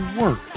work